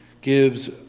gives